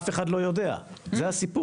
אף אחד לא יודע שם, זה הסיפור.